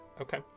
Okay